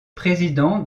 président